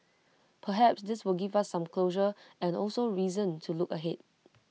perhaps this will give us some closure and also reason to look ahead